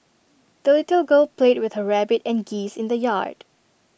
the little girl played with her rabbit and geese in the yard